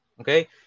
Okay